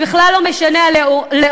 וזה בכלל לא משנה הלאום.